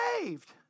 saved